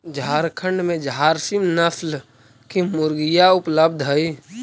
झारखण्ड में झारसीम नस्ल की मुर्गियाँ उपलब्ध हई